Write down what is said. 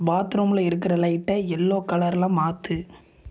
பாத்ரூமில் இருக்கிற லைட்டை எல்லோ கலரில் மாற்று